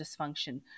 dysfunction